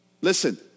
Listen